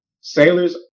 Sailors